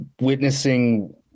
witnessing –